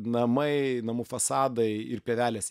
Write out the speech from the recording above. namai namų fasadai ir pievelės